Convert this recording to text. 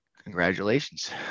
Congratulations